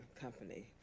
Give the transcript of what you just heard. company